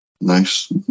Nice